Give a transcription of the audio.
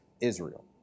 Israel